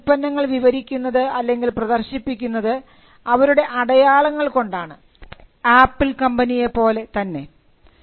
അവർ അവരുടെ ഉൽപ്പന്നങ്ങൾ വിവരിക്കുന്നത് അല്ലെങ്കിൽ പ്രദർശിപ്പിക്കുന്നത് അവരുടെ അടയാളങ്ങൾ കൊണ്ടാണ് ആപ്പിൾ കമ്പനിയെ പോലെ തന്നെ